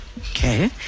Okay